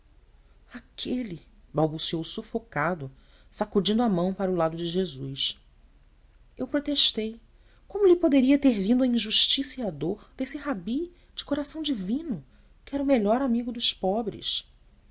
aquele balbuciou sufocado sacudindo a mão para o lado de jesus eu protestei como lhe poderia ter vindo a injustiça e a dor desse rabi de coração divino que era o melhor amigo dos pobres